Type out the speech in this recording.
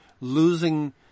losing